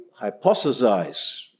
hypothesize